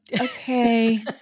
Okay